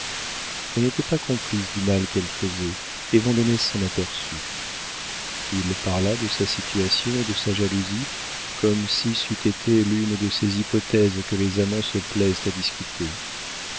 elle n'était pas complice du mal qu'elle faisait et vandenesse s'en aperçut il parla de sa situation et de sa jalousie comme si c'eût été l'une de ces hypothèses que les amants se plaisent à discuter